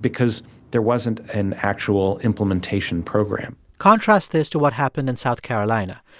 because there wasn't an actual implementation program contrast this to what happened in south carolina.